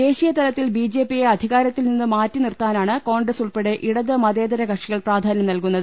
ദേശീയ തലത്തിൽ ബിജെപിയെ അധികാരത്തിൽ നിന്ന് മാറ്റി നിർത്താനാണ് കോൺഗ്രസ് ഉൾപ്പെടെ ഇടത് മതേതര കക്ഷികൾ പ്രാധാന്യം നൽകുന്നത്